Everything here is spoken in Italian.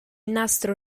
nastro